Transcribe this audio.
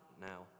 now